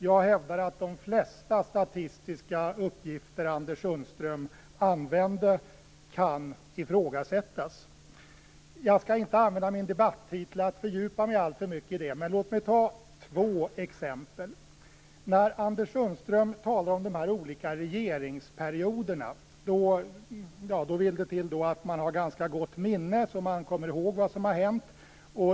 Jag hävdar att de flesta statistiska uppgifter som Anders Sundström använde kan ifrågasättas. Jag skall inte använda min debattid till att fördjupa mig alltför mycket i det. Men låt mig ta två exempel. När Anders Sundström talar om de olika regeringsperioderna vill det till att man har ett ganska gott minne, så att man kommer ihåg vad som har hänt.